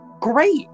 great